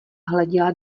hleděla